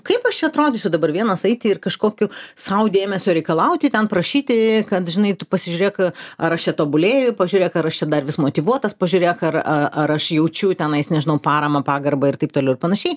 kaip aš čia atrodysiu dabar vienas eiti ir kažkokiu sau dėmesio reikalauti ten prašyti kad žinai tu pasižiūrėk ar aš čia tobulėju pažiūrėk ar aš čia dar vis motyvuotas pažiūrėk ar ar aš jaučiu tenais nežinau paramą pagarbą ir taip toliau ir panašiai